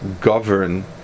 govern